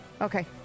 okay